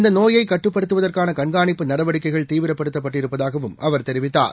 இந்தநோயைகட்டுப்படுத்துவதற்கானகண்கானிப்பு நடவடிக்கைகள் தீவிரப்படுத்தப் பட்டிருப்பதாகவும் அவர் தெரிவித்தார்